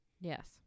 yes